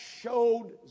showed